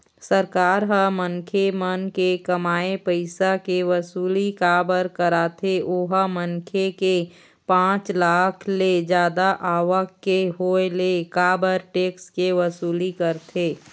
सरकार ह मनखे मन के कमाए पइसा के वसूली काबर कारथे ओहा मनखे के पाँच लाख ले जादा आवक के होय ले काबर टेक्स के वसूली करथे?